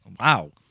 Wow